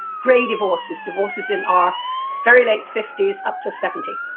grey divorces, divorces in our very late fifty s up to seventy.